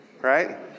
Right